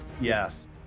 Yes